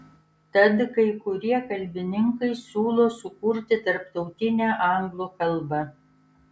tad kai kurie kalbininkai siūlo sukurti tarptautinę anglų kalbą